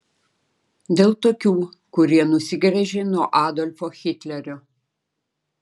dėl tokių kurie nusigręžė nuo adolfo hitlerio